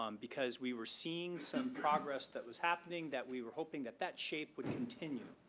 um because we were seeing some progress that was happening that we were hoping that that shape would continue.